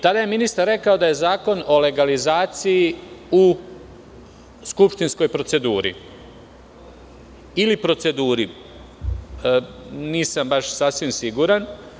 Tada je ministar rekao da je zakon o legalizaciji u skupštinskoj proceduri ili proceduri, nisam baš sasvim siguran.